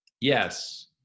Yes